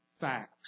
facts